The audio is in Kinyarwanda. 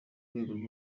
rwego